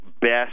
best